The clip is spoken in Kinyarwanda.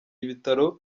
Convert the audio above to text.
ibitaro